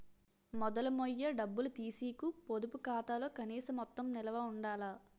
మొదలు మొయ్య డబ్బులు తీసీకు పొదుపు ఖాతాలో కనీస మొత్తం నిలవ ఉండాల